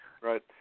right